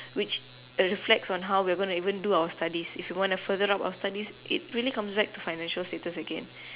which reflects on how we're gonna even do our studies if we want to further up our studies it really comes back to financial status again